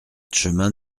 chemin